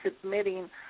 submitting –